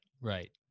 Right